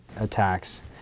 attacks